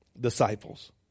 disciples